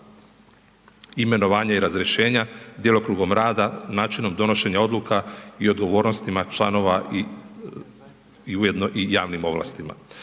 imenovanja i razrješenja, djelokrugom rada, načinom donošenja odluka i odgovornostima članovima i ujedno i javnim ovlastima.